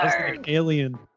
Alien